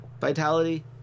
Vitality